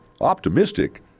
optimistic